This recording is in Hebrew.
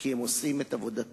כי הם עושים את עבודתם,